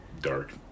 dark